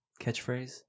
catchphrase